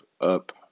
up